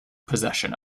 possession